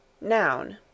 Noun